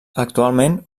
actualment